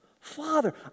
Father